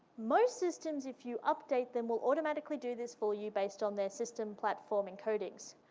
most systems, if you update them, will automatically do this for you based on their system platform encodings.